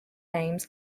names